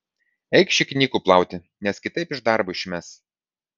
eik šikinykų plauti nes kitaip iš darbo išmes